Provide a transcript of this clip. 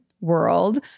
world